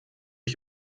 ich